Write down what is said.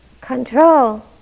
Control